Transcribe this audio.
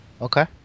Okay